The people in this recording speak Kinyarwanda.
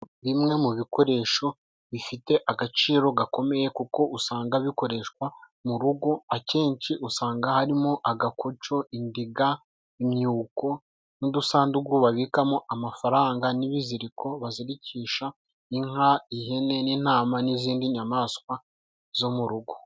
Bimwe mu bikoresho bifite agaciro gakomeye kuko usanga bikoreshwa mu rugo, akenshi usanga harimo agakoco, indiga, imyuko n'udusandugu babikamo amafaranga, n'ibiziriko bazirikisha inka, ihene n'intama n'izindi nyamaswa zo mu rugo.